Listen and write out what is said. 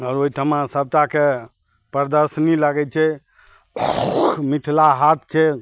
आओर ओहिठमा सबटाके प्रदर्शनी लागै छै मिथिला हाथ छै